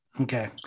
Okay